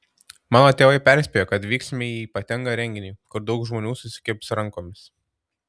mano tėvai perspėjo kad vyksime į ypatingą renginį kur daug žmonių susikibs rankomis